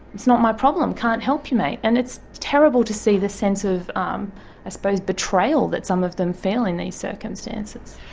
it's not my problem, can't help you mate. and it's terrible to see this sense of um i suppose betrayal that some of them feel in these circumstances.